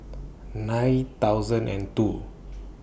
nine thousand and two